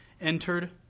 entered